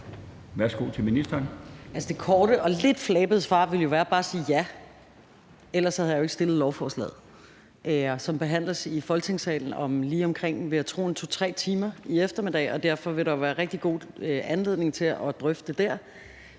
Tak til ministeren.